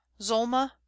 Zolma